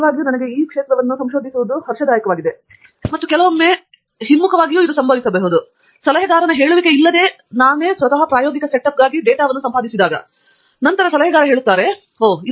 ನಿಜವಾಗಿಯೂ ನನಗೆ ಹರ್ಷ ಮತ್ತು ಕೆಲವೊಮ್ಮೆ ಹಿಮ್ಮುಖ ಬಹುಶಃ ಸಂಭವಿಸಬಹುದು ನನ್ನ ಸಲಹೆಗಾರ ಹೇಳುವಿಕೆಯಿಲ್ಲದೆ ನನ್ನ ಪ್ರಾಯೋಗಿಕ ಸೆಟಪ್ಗಾಗಿ ನಾನು ನಿಜವಾಗಿ ಡೇಟಾವನ್ನು ಸಂಪಾದಿಸಿದೆ ನಂತರ ಸಲಹೆಗಾರ ಹೇಳುತ್ತಾರೆ ಓಹ್